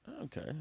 Okay